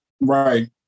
Right